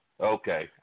okay